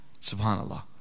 SubhanAllah